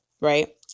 right